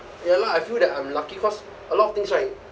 ya lah I feel that I'm lucky cause a lot of things right